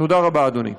תודה רבה, אדוני.